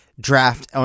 draft